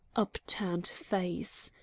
upturned face.